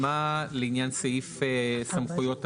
להשלמה לעניין סמכויות הפיקוח.